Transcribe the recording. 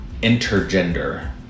intergender